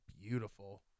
beautiful